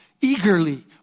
eagerly